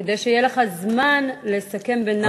כדי שיהיה לך זמן לסכם בנחת.